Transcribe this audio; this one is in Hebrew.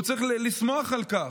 הוא צריך לשמוח על כך.